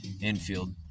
infield